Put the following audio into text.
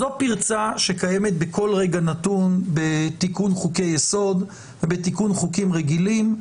זו פרצה שקיימת בכל רגע נתון בתיקון חוקי היסוד ובתיקון חוקים רגילים.